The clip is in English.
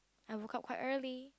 I woke up quite early